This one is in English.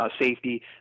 safety